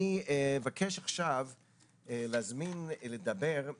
אני אבקש עכשיו להזמין לדבר את